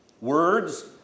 Words